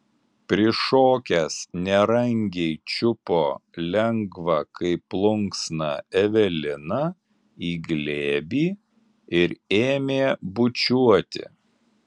prišokęs nerangiai čiupo lengvą kaip plunksną eveliną į glėbį ir ėmė bučiuoti